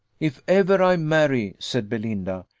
if ever i marry, said belinda,